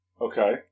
Okay